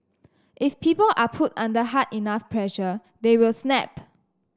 if people are put under hard enough pressure they will snap